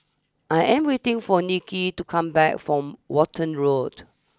I am waiting for Nicki to come back from Walton Road